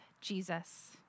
jesus